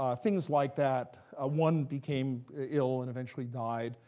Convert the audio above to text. um things like that. ah one became ill and eventually died.